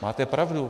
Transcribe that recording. Máte pravdu.